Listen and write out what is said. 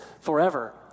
forever